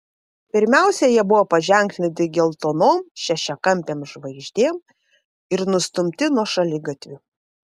pirmiausia jie buvo paženklinti geltonom šešiakampėm žvaigždėm ir nustumti nuo šaligatvių